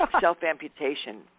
self-amputation